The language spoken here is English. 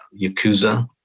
Yakuza